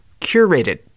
curated